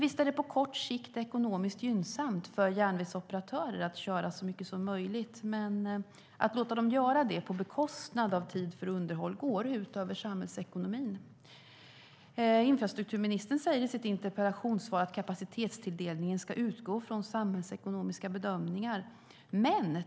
Visst är det på kort sikt ekonomiskt gynnsamt för järnvägsoperatörer att köra så mycket som möjligt, men att låta dem göra det på bekostnad av tid för underhåll går ut över samhällsekonomin. Infrastrukturministern säger i sitt interpellationssvar att kapacitetstilldelningen ska utgå från samhällsekonomiska bedömningar.